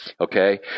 Okay